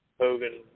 Hogan